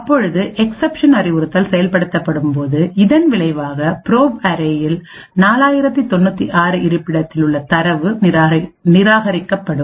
அப்பொழுது எக்சப்ஷன் அறிவுறுத்தல் செயல்படுத்தப்படும் போது இதன் விளைவாகப் ப்ரோப் அரேயில் 4096 இருப்பிடத்தில் உள்ள தரவு நிராகரிக்கப்படும்